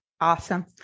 Awesome